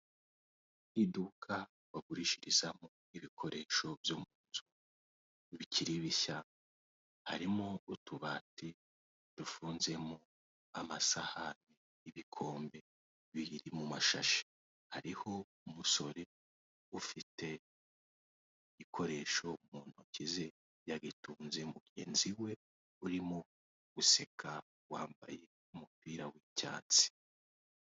Iduka bagurishirizamo ibikoresho byo munzu bikiri bishya harimo utubati dufunzemo amasahani, ibikombe bibiri mu mashashi, hariho umusore ufite ibikoresho mu ntoki ze yabitunze mugenzi we urimo guseka wambaye umupira wiicyatsi.